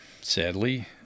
sadly